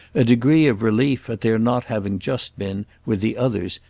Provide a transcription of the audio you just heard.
a degree of relief at there not having just been, with the others,